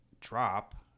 drop